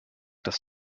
das